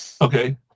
Okay